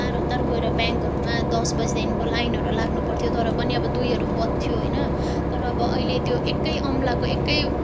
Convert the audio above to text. हतार हतार गएर ब्याङ्कहरूमा दस बजीदेखिको लाइनहरू लाग्नु पर्थ्यो तर पनि अब दुईहरू बज्दथ्यो होइन तर अब अहिले त्यो एक औँलाको एक